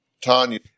Tanya